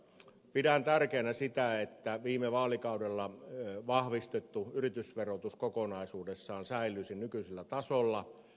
pidän tärkeänä sitä että viime vaalikaudella vahvistettu yritysverotus kokonaisuudessaan säilyisi nykyisellä tasolla